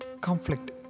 conflict